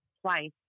twice